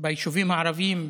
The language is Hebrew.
ביישובים הערביים,